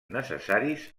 necessaris